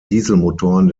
dieselmotoren